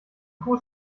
fuß